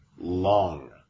long